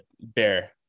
bear